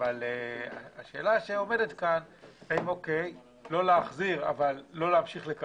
אבל האם לא להמשיך לקבל?